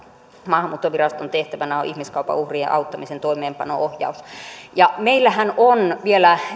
maahanmuuttoviraston tehtävänä on ihmiskaupan uhrien auttamisen toimeenpanon ohjaus meillähän on vielä